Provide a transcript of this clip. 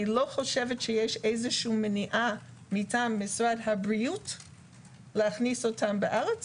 חושבת שאין מניעה מטעם משרד הבריאות להכניס אותם לארץ